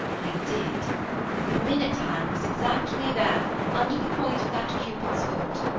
i did the minute-hand was exactly there, under the point of that cupid's foot.